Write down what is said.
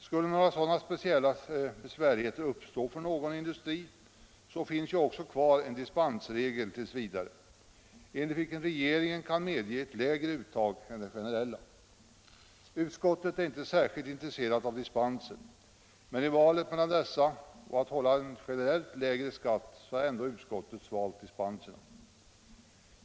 Skulle några sådana speciella besvärligheter uppstå för någon industri, finns ju också kvar en dispensregel 1. v., enligt vilken regeringen kan medge ett lägre uttag än det generella. Utskottet är inte särskilt intresserat av dispenser, men i valet mellan dessa och att hålla en generellt lägre skatt har ändå utskottet svalt dispenserna.